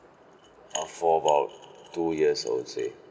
uh for about two years I would say